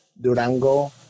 Durango